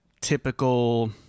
typical